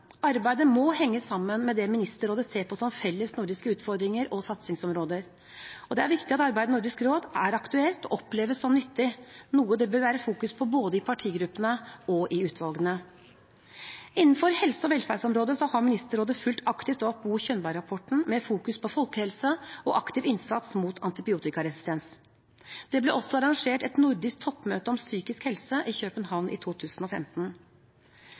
Arbeidet må henge sammen med det Ministerrådet ser på som felles nordiske utfordringer og satsingsområder. Det er viktig at arbeidet i Nordisk råd er aktuelt og oppleves som nyttig, noe det vil legges vekt på både i partigruppene og i utvalgene. Innenfor helse- og velferdsområdet har Ministerrådet fulgt aktivt opp Bo Könberg-rapporten med vekt på folkehelse og aktiv innsats mot antibiotikaresistens. Det ble også arrangert et nordisk toppmøte om psykisk helse i København i 2015.